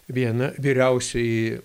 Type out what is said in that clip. viena vyriausioji